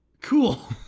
cool